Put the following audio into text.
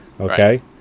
Okay